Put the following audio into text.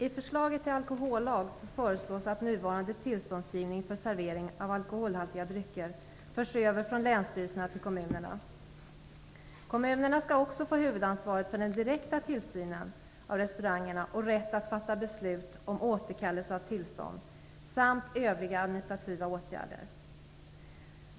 I förslaget till alkohollag föreslås att nuvarande tillståndsgivning för servering av alkoholhaltiga drycker förs över från länsstyrelserna till kommunerna. Kommunerna skall också få huvudansvaret för den direkta tillsynen av restaurangerna och rätt att fatta beslut om återkallelse av tillstånd samt ansvar för övriga administrativa åtgärder.